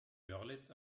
görlitz